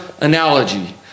analogy